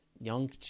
young